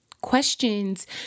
Questions